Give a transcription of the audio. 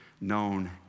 known